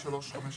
קודם כול,